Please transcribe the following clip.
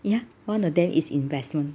ya one of them is investment